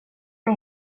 det